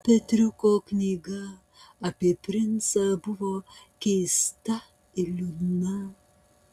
petriuko knyga apie princą buvo keista ir liūdna